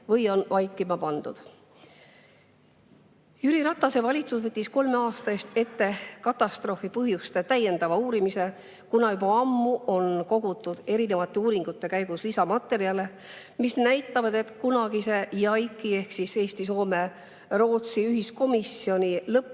või on vaikima pandud. Jüri Ratase valitsus võttis kolme aasta eest ette katastroofi põhjuste täiendava uurimise, kuna juba ammu on kogutud uuringute käigus lisamaterjale, mis näitavad, et kunagise JAIC-i ehk Eesti-Soome-Rootsi ühiskomisjoni lõppraport